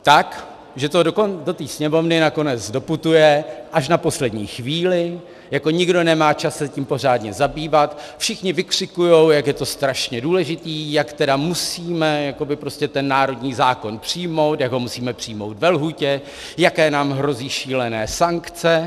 Tak, že to do Sněmovny nakonec doputuje až na poslední chvíli, nikdo nemá čas se tím pořádně zabývat, všichni vykřikují, jak je to strašně důležité, jak tedy musíme jakoby prostě ten národní zákon přijmout, jak ho musíme přijmout ve lhůtě, jaké nám hrozí šílené sankce.